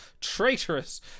traitorous